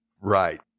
Right